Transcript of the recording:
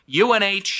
UNH